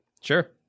Sure